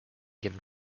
given